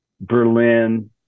Berlin